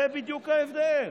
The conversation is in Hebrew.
זה בדיוק ההבדל,